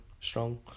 strong